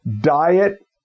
diet